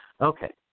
Okay